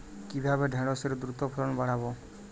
কিভাবে ঢেঁড়সের দ্রুত ফলন বাড়াব?